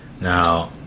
Now